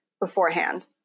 beforehand